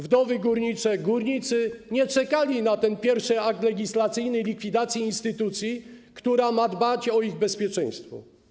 Wdowy górnicze, górnicy nie czekali na ten pierwszy akt legislacyjny dotyczący likwidacji instytucji która ma dbać o ich bezpieczeństwo.